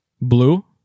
blue